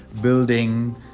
building